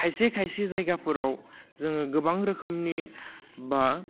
खायसे खायसे जायगाफोराव जोङो गोबां रोखोमनि बा